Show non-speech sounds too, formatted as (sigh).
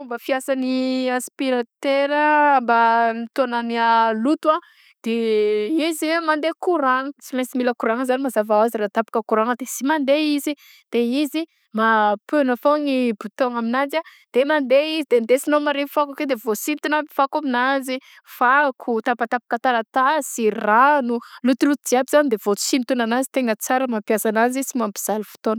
Fomba fiasany aspiratera; ny aspiratera mitôgna ny a loto a de (hesitation) izy a mandeha courant-gna, tsy maintsy mila courant-gna zany mazava hoazy ra tapaka courant-gna de sy mandeha izy de izy ma piagna foagna bouton aminazy a de mandeha izy de ndesinao mare fako io de vaosintona aby fako aminanzy, fako, tapatapaka taratasy, rano, lotoloto jiaby zany de vaosintona nanzy de tegna sara mampiasa agnanzy sy mampizaly fotôna.